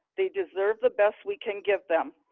they deserve the best we can get them,